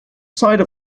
site